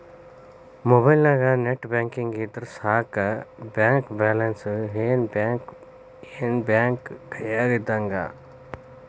ಮೊಬೈಲ್ನ್ಯಾಗ net banking ಇದ್ರ ಸಾಕ ಬ್ಯಾಂಕ ಬ್ಯಾಲೆನ್ಸ್ ಏನ್ ಬ್ಯಾಂಕ ಕೈಯ್ಯಾಗ ಇದ್ದಂಗ